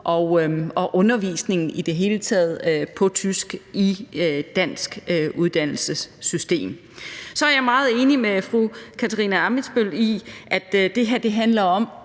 og undervisningen i det hele taget på tysk i det danske uddannelsessystem. Så er jeg meget enig med fru Katarina Ammitzbøll i, at det her også handler om